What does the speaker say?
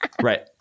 Right